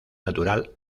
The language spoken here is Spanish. natural